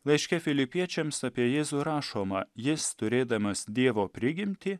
laiške filipiniečiams apie jėzų rašoma jis turėdamas dievo prigimtį